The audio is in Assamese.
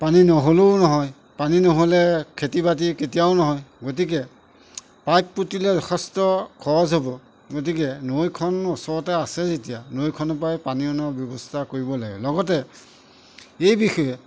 পানী নহ'লেও নহয় পানী নহ'লে খেতি বাতি কেতিয়াও নহয় গতিকে পাইপ পুতিলে যথেষ্ট খৰচ হ'ব গতিকে নৈখন ওচৰতে আছে যেতিয়া নৈখনৰ পৰাই পানী অনা ব্যৱস্থা কৰিব লাগে লগতে এই বিষয়ে